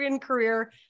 career